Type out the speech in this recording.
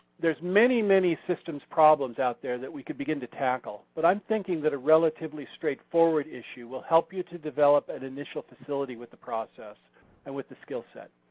many, many systems problems out there that we could begin to tackle. but i'm thinking that a relatively straightforward issue will help you to develop an initial facility with the process and with the skillset.